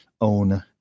own